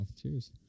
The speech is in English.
Cheers